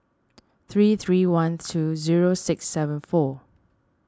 three three one two zero six seven four